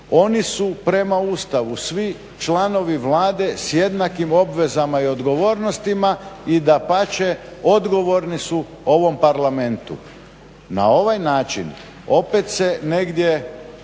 Oni su prema Ustavu svi članovi Vlade s jednakim obvezama i odgovornostima i dapače odgovorni su ovom Parlamentu. Na ovaj način opet se negdje